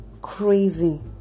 crazy